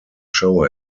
show